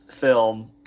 film